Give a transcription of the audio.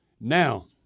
now